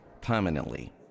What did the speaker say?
Permanently